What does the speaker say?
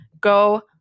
go